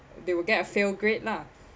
they will get a fail grade lah